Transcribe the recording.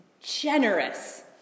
generous